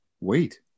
wait